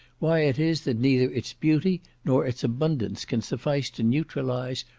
why it is that neither its beauty nor its abundance can suffice to neutralize,